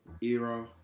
era